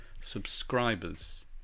subscribers